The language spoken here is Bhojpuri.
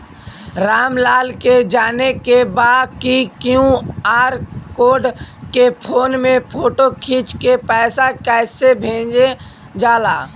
राम लाल के जाने के बा की क्यू.आर कोड के फोन में फोटो खींच के पैसा कैसे भेजे जाला?